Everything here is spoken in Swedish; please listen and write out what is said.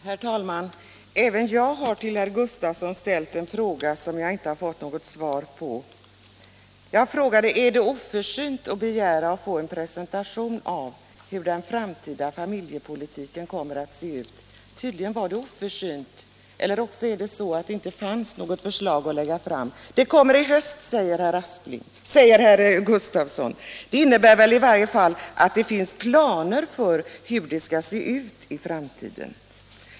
Herr talman! Även jag har till herr Gustavsson ställt en fråga som jag inte har fått något svar på. Jag frågade: Är det oförsynt att begära att få en presentation av hur den framtida familjepolitiken kommer att se ut? Tydligen var det oförsynt eller också är det så att det inte fanns något förslag att lägga fram. Förslaget kommer i höst, säger herr Gustavsson. Det innebär väl i alla fall att det finns planer för hur det skall se ut i framtiden.